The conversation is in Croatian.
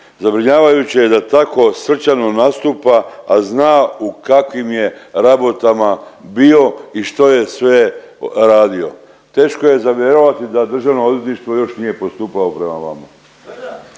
Zabrinjavajuće je da tako srčano nastupa, a zna u kakvim je rabotama bio i što je sve radio. Teško je za vjerovati da Državno odvjetništvo još nije postupalo prema vama.